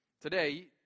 Today